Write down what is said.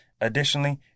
Additionally